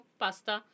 pasta